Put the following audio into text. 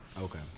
Okay